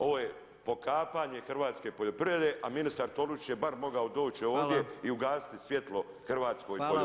Ovo je pokapanje hrvatske poljoprivrede a ministar Tolušić je bar mogao doći ovdje i ugasiti svjetlo hrvatskoj poljoprivredi.